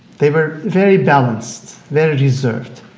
they were very balanced, very reserved,